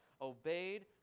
obeyed